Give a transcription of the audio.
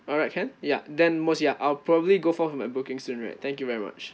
alright can ya then most ya I'll probably go for my booking soon right thank you very much